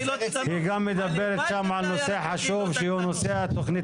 היא גם מדברת שם על נושא חשוב שהוא נושא התכנית הכלכלית.